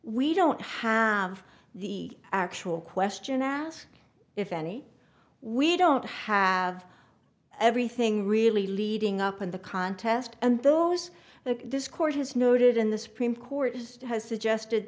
we don't have the actual question asked if any we don't have everything really leading up in the contest and those that this court has noted in the supreme court just has suggested